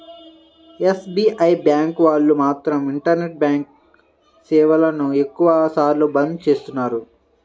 SBI bank వాళ్ళు మాత్రం internet banking సేవలను ఎక్కువ సార్లు బంద్ చేస్తున్నారు